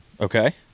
Okay